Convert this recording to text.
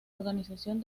organización